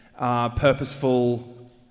Purposeful